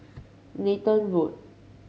Nathan Road